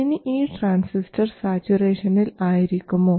ഇനി ഈ ട്രാൻസിസ്റ്റർ സാച്ചുറേഷനിൽ ആയിരിക്കുമോ